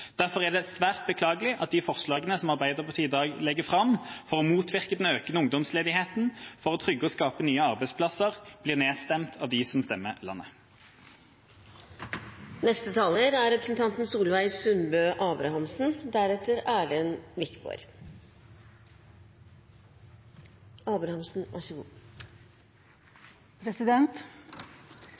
Derfor er det svært beklagelig at de forslagene som Arbeiderpartiet i dag legger fram for å motvirke den økende ungdomsledigheten, for å trygge og skape nye arbeidsplasser, blir nedstemt av de som styrer landet. Noreg er